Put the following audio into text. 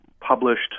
published